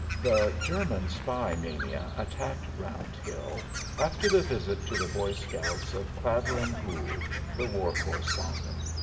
the german spy mania attacked round hill after the visit to the boy scouts of clavering gould, the war correspondent.